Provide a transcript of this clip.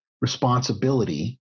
responsibility